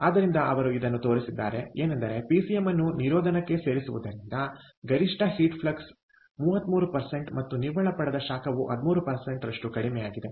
ಆದ್ದರಿಂದ ಅವರು ಅದನ್ನು ತೋರಿಸಿದ್ದಾರೆ ಏನೆಂದರೆ ಪಿಸಿಎಂ ಅನ್ನು ನಿರೋಧನಕ್ಕೆ ಸೇರಿಸುವುದರಿಂದ ಗರಿಷ್ಠ ಹೀಟ್ ಫ್ಲಕ್ಸ್ 33 ಮತ್ತು ನಿವ್ವಳ ಪಡೆದ ಶಾಖವು 13 ರಷ್ಟು ಕಡಿಮೆಯಾಗಿದೆ